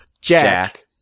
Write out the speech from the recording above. Jack